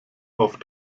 auf